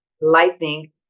lightning